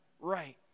right